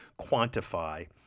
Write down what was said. quantify